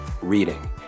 reading